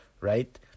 right